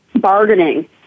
bargaining